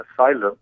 asylum